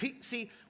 See